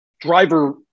driver